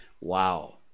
Wow